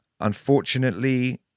Unfortunately